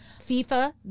FIFA